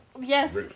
Yes